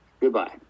Goodbye